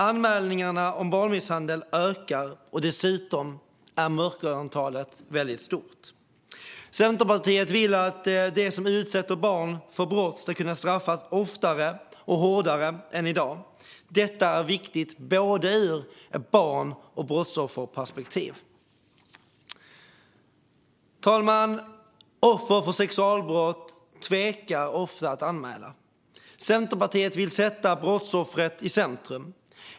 Anmälningarna om barnmisshandel ökar, och dessutom är mörkertalet väldigt stort. Centerpartiet vill att de som utsätter barn för brott ska kunna straffas oftare och hårdare än i dag. Detta är viktigt ur både ett barnperspektiv och ett brottsofferperspektiv. Herr talman! Offer för sexualbrott tvekar ofta att anmäla. Centerpartiet vill sätta brottsoffret i centrum.